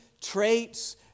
traits